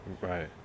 right